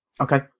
Okay